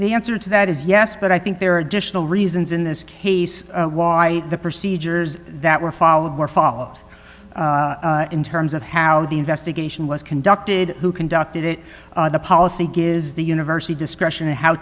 the answer to that is yes but i think there are additional reasons in this case why the procedures that were followed were followed in terms of how the investigation was conducted who conducted it the policy is the university discretion and how